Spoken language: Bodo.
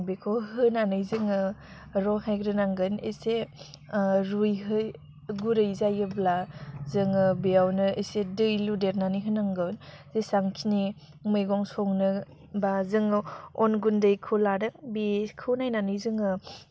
बेखौ होनानै जोङो रहायग्रोनांगोन एसे रुयहो गुरै जायोब्ला जोङो बेयावनो एसे दै लुदेरनानै होनांगोन जेसांखिनि मैगं संनो बा जोङो अन गुन्दैखौ लादो बिखौ नायनानै जोङो